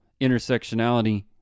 intersectionality